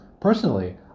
Personally